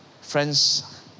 Friends